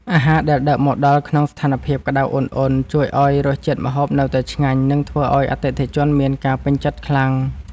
អាហារដែលដឹកមកដល់ក្នុងស្ថានភាពក្ដៅអ៊ុនៗជួយឱ្យរសជាតិម្ហូបនៅតែឆ្ងាញ់ និងធ្វើឱ្យអតិថិជនមានការពេញចិត្តខ្លាំង។